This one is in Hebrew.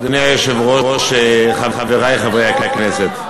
אדוני היושב-ראש, חברי חברי הכנסת,